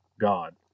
God